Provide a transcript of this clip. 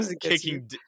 kicking